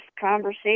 conversation